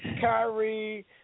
Kyrie